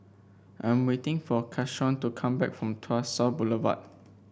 I'm waiting for Keshaun to come back from Tuas South Boulevard